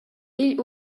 igl